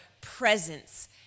presence